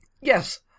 Yes